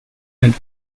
and